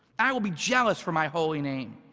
i will be jealous for my holy name.